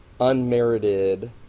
unmerited